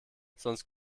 sonst